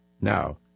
Now